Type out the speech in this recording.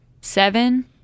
seven